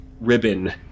ribbon